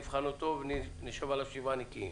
נבחן אותו ונשב עליו שבעה נקיים.